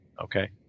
okay